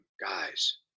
Guys